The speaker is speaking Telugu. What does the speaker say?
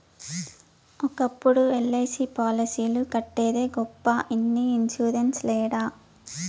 ఒకప్పుడు ఎల్.ఐ.సి పాలసీలు కట్టేదే గొప్ప ఇన్ని ఇన్సూరెన్స్ లేడ